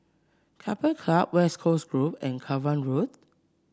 Keppel Club West Coast Grove and Cavan Road